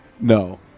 No